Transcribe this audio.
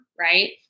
right